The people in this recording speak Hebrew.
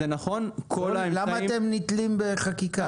למה אתם נתלים בחקיקה?